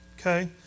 Okay